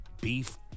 beef